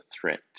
threat